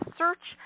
search